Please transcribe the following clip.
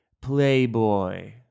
Playboy